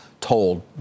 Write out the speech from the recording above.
told